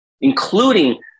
including